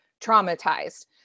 traumatized